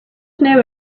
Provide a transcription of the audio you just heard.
know